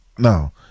Now